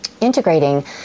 integrating